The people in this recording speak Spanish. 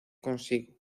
consigo